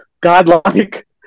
godlike